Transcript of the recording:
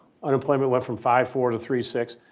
unemployment went from five four to three six.